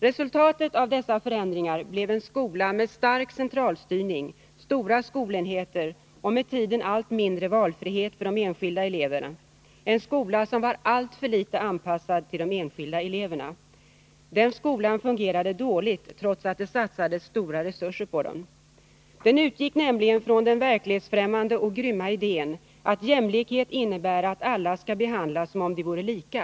Resultatet av dessa förändringar blev en skola med stark centralstyrning, stora skolenheter och med tiden allt mindre valfrihet för eleverna, en skola som var alltför litet anpassad till de enskilda eleverna. Den skolan fungerade dåligt, trots att det satsades stora resurser på den. Den utgick nämligen från den verklighetsfrämmande och grymma idén att jämlikhet innebär att alla skall behandlas som om de vore lika.